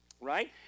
Right